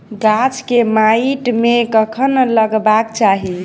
गाछ केँ माइट मे कखन लगबाक चाहि?